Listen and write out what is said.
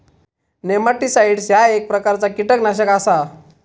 nematicides ह्या एक प्रकारचा कीटकनाशक आसा